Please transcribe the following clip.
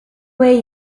way